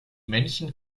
männchen